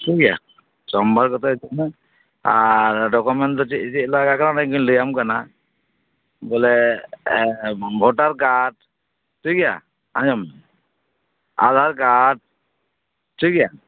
ᱴᱷᱤᱠ ᱜᱮᱭᱟ ᱥᱳᱢᱵᱟᱨ ᱠᱚᱛᱮ ᱦᱤᱡᱩᱜ ᱢᱮ ᱟᱨ ᱰᱚᱠᱩᱢᱮᱱᱴ ᱫᱚ ᱪᱮᱫ ᱪᱮᱫ ᱞᱟᱜᱟᱜ ᱠᱟᱱᱟ ᱚᱱᱟᱜᱤᱧ ᱞᱟᱹᱭ ᱟᱢ ᱠᱟᱱᱟ ᱵᱚᱞᱮ ᱵᱷᱳᱴᱟᱨ ᱠᱟᱨᱰ ᱴᱷᱤᱠ ᱜᱮᱭᱟ ᱟᱸᱡᱚᱢ ᱢᱮ ᱟᱫᱫᱷᱟᱨ ᱠᱟᱨᱰ ᱴᱷᱤᱠ ᱜᱮᱭᱟ